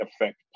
affect